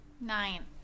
Nine